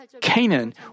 Canaan